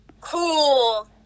Cool